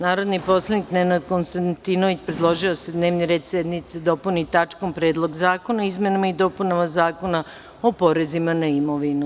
Narodni poslanik Nenad Konstantinović predložio da se dnevni red sednice dopuni tačkom – Predlog zakona o izmenama i dopunama Zakona o porezima na imovinu.